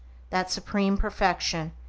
that supreme perfection,